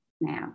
now